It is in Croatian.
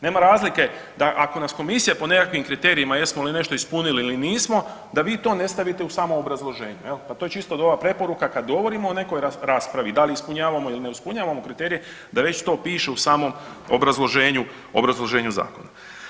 Nema razlike da ako nas komisija po nekakvim kriterijima jesmo li nešto ispunili ili nismo da vi to ne stavite u samo obrazloženje jel, pa to je čisto dobra preporuka kad govorimo o nekoj raspravi da li ispunjavamo ili ne ispunjavamo kriterije da već to piše u samom obrazloženju, obrazloženju zakona.